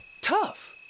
tough